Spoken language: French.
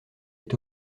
est